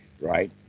right